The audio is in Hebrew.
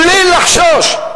בלי לחשוש.